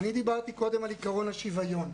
דיברתי קודם על עיקרון השוויון.